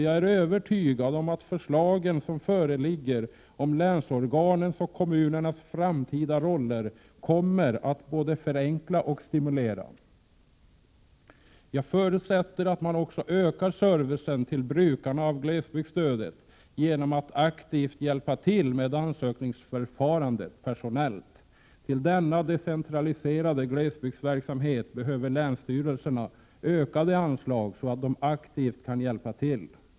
Jag är övertygad om att de förslag som föreligger om länsorganens och kommunernas framtida roller kommer att både förenkla och stimulera. Jag förutsätter att man också ökar servicen till brukarna av glesbygdsstödet genom att aktivt och personellt hjälpa till vid ansökningsförfarandet. Till denna decentraliserade glesbygdsverksamhet behöver länsstyrelserna ökade anslag, så att de aktivt kan hjälpa till.